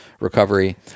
recovery